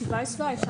אתי וייסבלאי.